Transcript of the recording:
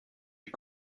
est